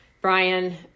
Brian